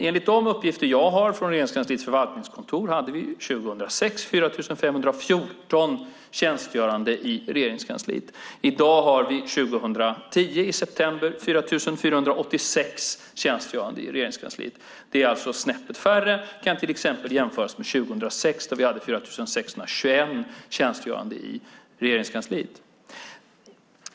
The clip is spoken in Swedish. Enligt de uppgifter jag har från Regeringskansliets förvaltningskontor hade vi 2006 4 514 tjänstgörande i Regeringskansliet. I september 2010 hade vi 4 486 tjänstgörande i Regeringskansliet. Det är alltså snäppet färre. Det kan till exempel jämföras med 2004, då vi hade 4 621 tjänstgörande i Regeringskansliet.